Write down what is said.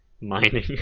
mining